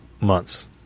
months